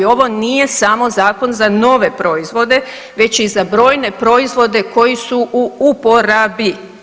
Ovo nije samo zakon za nove proizvode, već je i za brojne proizvode koji su u uporabi.